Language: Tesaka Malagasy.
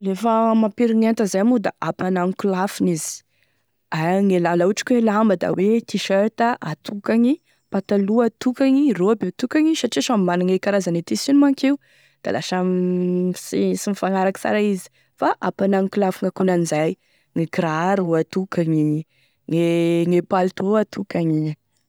Lefa mampirigny enta zay moa da ampanagno kolafony izy egny laha laha ohatry ka hoe lamba da hoe tee-shirt atokagny pataloha atokany robe atokagny satria samy managne karazany e tissuny manko io da lasa m sy sy mifanaraka sara izy fa ampanagny kolafiny akona'izay izy e kiraro atokagny gne palto atokagny.